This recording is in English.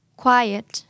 quiet